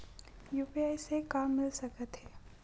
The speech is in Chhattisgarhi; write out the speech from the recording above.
यू.पी.आई से का मिल सकत हे?